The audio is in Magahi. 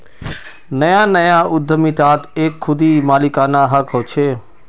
नया नया उद्दमितात एक खुदी मालिकाना हक़ होचे